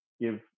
give